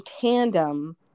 tandem